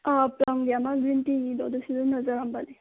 ꯑꯥ ꯄ꯭ꯂꯝꯒꯤ ꯑꯃ ꯒ꯭ꯔꯤꯟ ꯇꯤꯒꯤꯗꯣ ꯑꯗꯨ ꯁꯤꯖꯤꯟꯅꯖꯔꯝꯕꯅꯤ